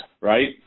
Right